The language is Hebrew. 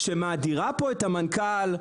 שמאדירה פה את המנכ"ל,